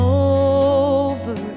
over